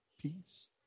peace